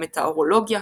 המטאורולוגיה,